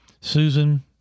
Susan